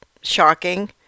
shocking